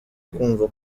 kumva